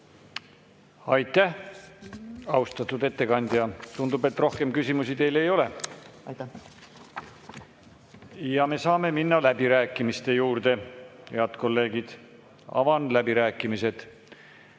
Aitäh, austatud ettekandja! Tundub, et rohkem küsimusi teile ei ole. Ja me saame minna läbirääkimiste juurde. Head kolleegid, avan läbirääkimised.